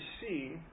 see